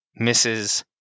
Mrs